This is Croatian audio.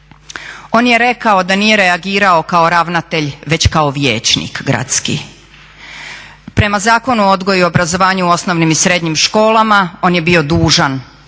on je rekao da nije reagirao kao ravnatelj već kao vijećnik gradski. Prema Zakonu o odgoju i obrazovanju u osnovnim i srednjim školama on je bio dužan